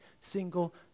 single